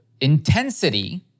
intensity